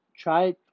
Try